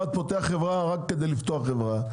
אחרת כל אחד יפתח חברה רק כדי לפתוח חברה,